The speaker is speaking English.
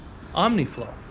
OmniFlow